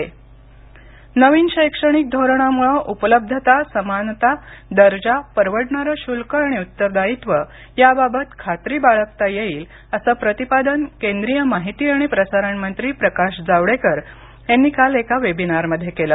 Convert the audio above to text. जावडेकर शिक्षण धोरण नवीन शैक्षणिक धोरणामुळं उपलब्धता समानता दर्जा परवडणारे शुल्क आणि उत्तरदायित्व याबाबत खात्री बाळगता येईल असं प्रतिपादन केंद्रीय माहिती आणि प्रसारण मंत्री प्रकाश जावडेकर यांनी काल एका वेबिनारमध्ये केलं